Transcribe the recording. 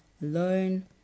learn